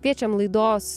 kviečiam laidos